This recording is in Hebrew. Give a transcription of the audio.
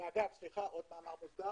ובמאמר מוסגר